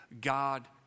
God